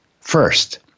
first